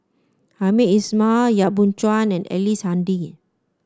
Hamed Ismail Yap Boon Chuan and Ellice Handy